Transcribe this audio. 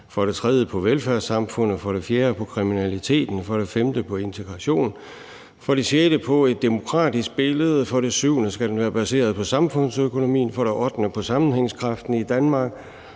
for det tredje på velfærdssamfundet, for det fjerde på kriminaliteten, for det femte på integrationen, for det sjette på et demokratisk billede, for det syvende på samfundsøkonomien og for det ottende på sammenhængskraften i Danmark.